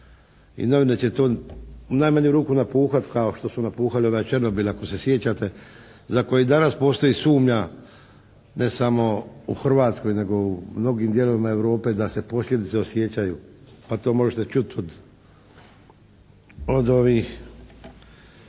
i novine će to u najmanju ruku napuhati kao što su napuhali onaj Černobil ako se sjećate za koji danas postoji sumnja ne samo u Hrvatskoj nego u mnogim dijelovima Europe da se posljedice osjećaju. A to možete čuti od ovih